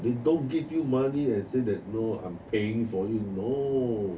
they don't give you money and say that no I'm paying for you no